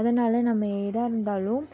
அதனால் நம்ம எதா இருந்தாலும்